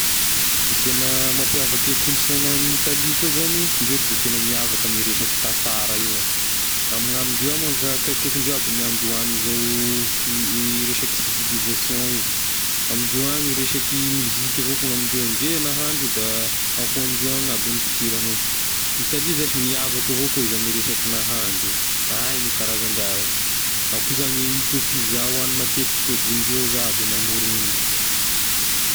I tena mampiavaky kolonsaina any Italia koa zagny, indreo aloha da tena miavaky ame resaky tantara io ah, amiamy indreo any akaikikaiky indreo aby ny niandohan'izao fi- e - resaky civilisation io, ame indreo any e resaky miziky avao koa ame indreo, ndre nahandro da akoa ame ndreo agny aby ny mpitia raha ny hoe Italia zashy miavaka avao koa izy ame resaky nahandro, hainy io karazan-draha io, akoa zagny ito pizza hoagny matetiky toa de indreo iza aby ny namorigny an'io.